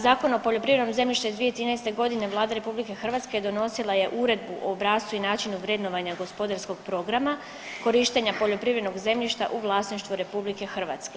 Zakon o poljoprivrednom zemljištu iz 2013. godine Vlada RH donosila je Uredbu o obrascu i načinu vrednovanja gospodarskog programa korištenja poljoprivrednog zemljišta u vlasništvu RH.